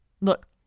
Look